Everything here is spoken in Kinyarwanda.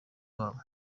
wabo